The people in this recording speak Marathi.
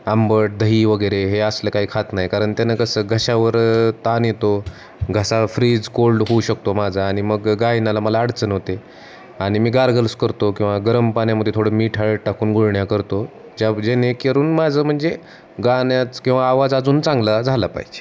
आंबट दही वगैरे हे असलं काही खात नाही कारण त्यांनं कसं घशावर ताण येतो घसा फ्रीज कोल्ड होऊ शकतो माझा आणि मग गायनाला मला अडचण होते आणि मी गार्गल्स करतो किंवा गरम पाण्यामध्ये थोडं मीठ हळद टाकून गुळण्या करतो ज्या जेणेकरून माझं म्हणजे गाण्याच किंवा आवाज अजून चांगला झाला पाहिजे